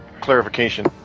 clarification